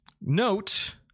Note